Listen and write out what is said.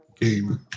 game